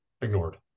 ignored